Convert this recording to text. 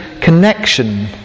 connection